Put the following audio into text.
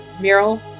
mural